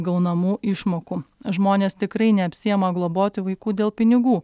gaunamų išmokų žmonės tikrai neapsiima globoti vaikų dėl pinigų